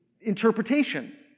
interpretation